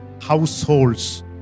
households